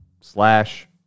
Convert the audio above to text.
slash